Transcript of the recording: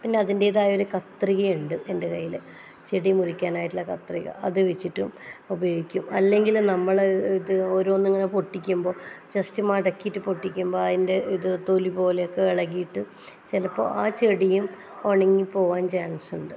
പിന്നെ അതിന്റേതായ ഒരു കത്രികയുണ്ട് എൻ്റെ കയ്യിൽ ചെടി മുറിക്കാനായിട്ടുള്ള കത്രിക അത് വെച്ചിട്ടും ഉപയോഗിക്കും അല്ലെങ്കിലും നമ്മൾ ഓരോന്നിങ്ങനെ പൊട്ടിക്കുമ്പോൾ ജസ്റ്റ് മടക്കിയിട്ട് പൊട്ടിക്കുമ്പോൾ അതിൻ്റെ ഇത് തൊലിപോലെയൊക്കെ ഇളകിയിട്ട് ചിലപ്പോൾ ആ ചെടിയും ഉണങ്ങിപ്പോവാൻ ചാൻസ് ഉണ്ട്